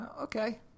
okay